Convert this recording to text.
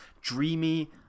dreamy